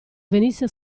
venisse